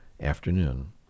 afternoon